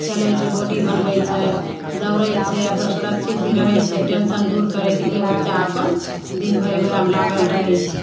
खेलै छै बॉडी बनबै छै दौड़े छै अपना सुरक्षितके रहै छै टेन्शन दूर करैके लिए बच्चा अपन दिनभरि वएहमे लागल रहै छै